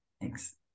Thanks